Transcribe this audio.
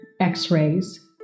x-rays